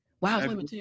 wow